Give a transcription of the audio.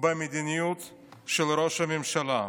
במדיניות של ראש הממשלה.